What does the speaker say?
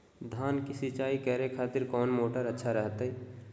धान की सिंचाई करे खातिर कौन मोटर अच्छा रहतय?